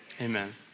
Amen